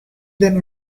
then